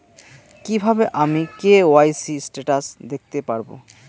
কিভাবে আমি KYC status দেখতে পারবো?